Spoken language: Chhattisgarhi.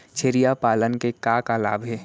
छेरिया पालन के का का लाभ हे?